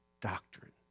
doctrine